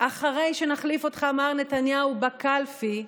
אחרי שנחליף אותך, מר נתניהו, בקלפי,